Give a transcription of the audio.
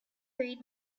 read